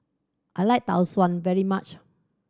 I like Tau Suan very much